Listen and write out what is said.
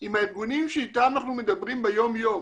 עם הארגונים שאיתם אנחנו מדברים ביום יום